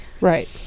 Right